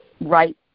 right